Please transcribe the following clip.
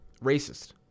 racist